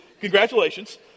Congratulations